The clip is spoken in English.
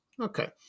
Okay